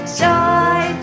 joy